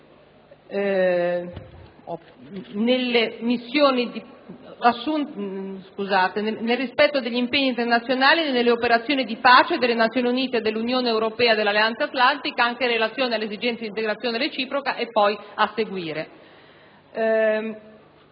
nel rispetto degli impegni internazionali nelle operazioni di pace delle Nazioni Unite, dell'Unione europea e dell'Alleanza Atlantica, anche in relazione alle esigenze di integrazione reciproca, una decisa